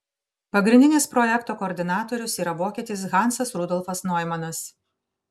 pagrindinis projekto koordinatorius yra vokietis hansas rudolfas noimanas